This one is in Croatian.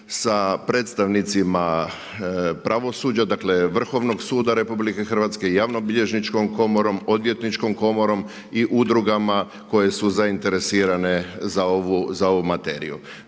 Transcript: sa predstavnicima pravosuđa, dakle Vrhovnog suda RH, Javnobilježničkom komorom, Odvjetničkom komorom i udrugama koje su zainteresirane za ovu materiju.